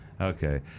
Okay